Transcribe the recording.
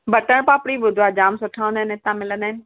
butter papdi ॿुधो आहे जाम सुठा हूंदा आहिनि हितां मिलंदा आहिनि